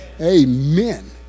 Amen